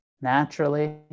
naturally